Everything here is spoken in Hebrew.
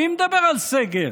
מי מדבר על סגר?